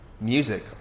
music